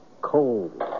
Cold